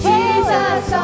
Jesus